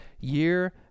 Year